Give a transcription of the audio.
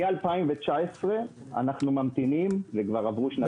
מ-2019 אנחנו ממתינים וכבר עברו שנתיים.